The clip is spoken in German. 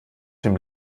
dem